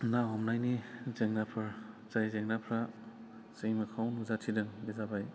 ना हमनायनि जेंनाफोर जाय जेंनाफोरा जोंनि मोखाङाव नुजाथिदों बे जाबाय